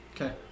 Okay